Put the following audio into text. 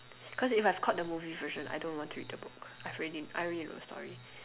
cos if I've caught the movie version I don't want to read the book I've already I already know the story